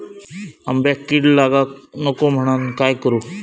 आंब्यक कीड लागाक नको म्हनान काय करू?